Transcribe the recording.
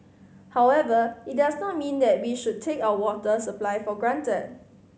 however it does not mean that we should take our water supply for granted